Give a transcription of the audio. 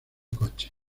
coches